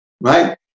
right